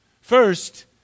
First